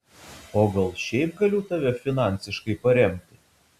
o gal šiaip galiu tave finansiškai paremti